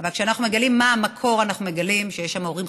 אבל כשאנחנו מגלים מה המקור אנחנו מגלים שיש שם הורים